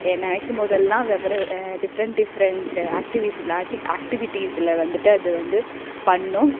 என்னை நினைக்கும் போதலாம் டிஃபிரெண்ட் டிஃபிரெண்ட் அக்டிவைஸ் அக்ட் ஆக்டிவிட்டிஸில் வந்துட்டு அது வந்து பண்ணும்